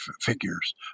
figures